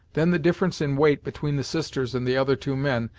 then the difference in weight between the sisters and the other two men,